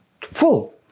full